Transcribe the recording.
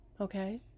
okay